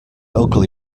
ugly